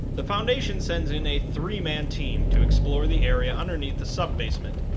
the foundation sends in a three man team to explore the area underneath the sub-basement,